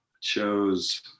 chose